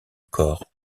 corps